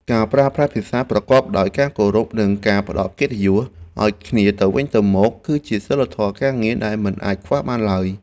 ការប្រើប្រាស់ភាសាប្រកបដោយការគោរពនិងការផ្តល់កិត្តិយសឱ្យគ្នាទៅវិញទៅមក គឺជាសីលធម៌ការងារដែលមិនអាចខ្វះបានឡើយ។